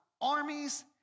armies